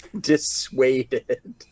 dissuaded